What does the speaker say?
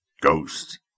Ghost